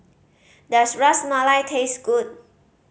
does Ras Malai taste good